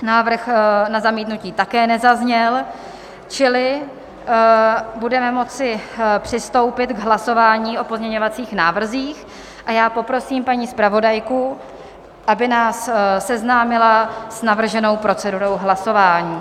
Návrh na zamítnutí také nezazněl, čili budeme moci přistoupit k hlasování o pozměňovacích návrzích a já poprosím paní zpravodajku, aby nás seznámila s navrženou procedurou hlasování.